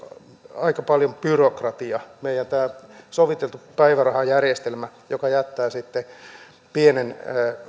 aika paljon byrokratia meidän tämä sovitellun päivärahan järjestelmä jättää pienen